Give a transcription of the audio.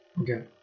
okay